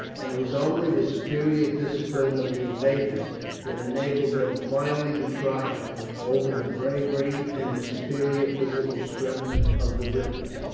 and it was only the superior discipline of the invaders that enabled them finally to triumph over the bravery and the superior physical strength of the britons.